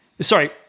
Sorry